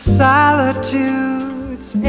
solitudes